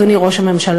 אדוני ראש הממשלה,